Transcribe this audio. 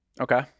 Okay